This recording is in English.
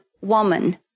woman